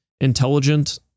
intelligent